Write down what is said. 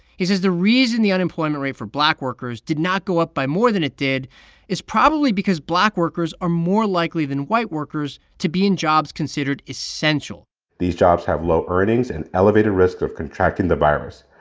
he says the reason the unemployment rate for black workers did not go up by more than it did is probably because black workers are more likely than white workers to be in jobs considered essential these jobs have low earnings and elevated risks of contracting the virus.